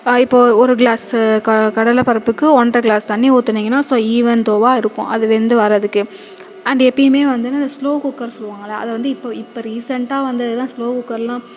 இப்போது ஒரு க்ளாஸ்ஸு க கடலப்பருப்புக்கு ஒன்ரரை க்ளாஸ் தண்ணி ஊற்றுனீங்கனா ஸோ இவன்தோவாக இருக்கும் அது வெந்து வரதுக்கு அண்ட் எப்போயுமே வந்து இந்த ஸ்லோ குக்கர்னு சொல்வாங்கள அதை வந்து இப்போ இப்போ ரீசெண்டாக வந்தது தான் ஸ்லோ குக்கர்லாம்